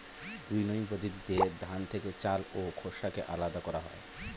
winnowing পদ্ধতিতে ধান থেকে চাল ও খোসাকে আলাদা করা হয়